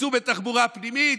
תיסעו בתחבורה פנימית,